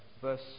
verse